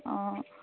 অঁ